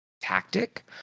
tactic